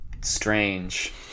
strange